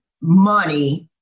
money